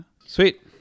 sweet